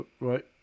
right